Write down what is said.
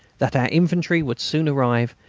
that our infantry would soon arrive,